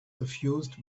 suffused